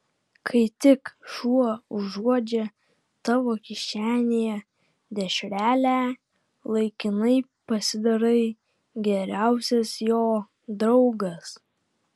kai tik šuo užuodžia tavo kišenėje dešrelę laikinai pasidarai geriausias jo draugas